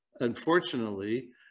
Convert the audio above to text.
unfortunately